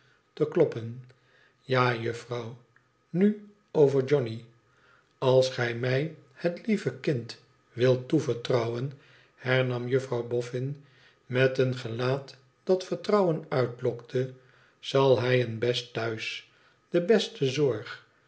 te kloppen ja juffrouw nu over johnny als gij mij het lieve kind wilt toevertrouwen hernam juffrouw boffin met een gelaat dat vertrouwen uitlokte zal hij een best thuis de beste zorg